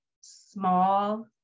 small